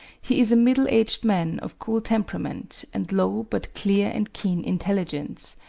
he is a middle-aged man of cool temperament and low but clear and keen intelligence,